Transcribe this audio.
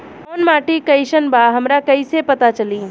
कोउन माटी कई सन बा हमरा कई से पता चली?